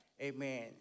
Amen